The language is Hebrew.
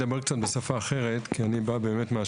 אדבר בשפה אחרת כי אני בא מהשטח.